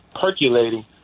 percolating